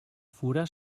fura